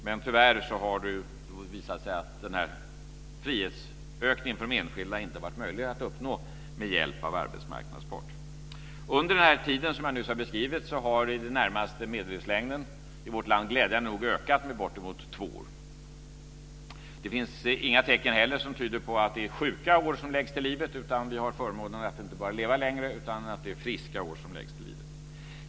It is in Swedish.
Men tyvärr har det visat sig att den frihetsökningen för de enskilda inte har varit möjlig att uppnå med hjälp av arbetsmarknadens parter. Under den tid som jag nyss har beskrivit har medellivslängden i vårt land glädjande nog ökat med bortemot två år. Det finns heller inga tecken som tyder på att det är sjuka år som läggs till livet. Vi har inte bara förmånen att leva längre, utan det är friska år som läggs till livet.